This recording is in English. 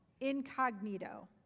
incognito